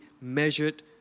measured